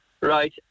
right